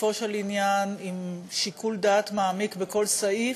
לגופו של עניין, עם שיקול דעת מעמיק בכל סעיף,